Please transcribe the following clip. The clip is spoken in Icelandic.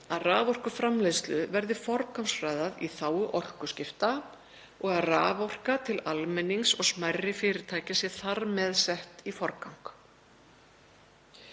að raforkuframleiðslu verði forgangsraðað í þágu orkuskipta og að raforka til almennings og smærri fyrirtækja sé þar með sett í forgang.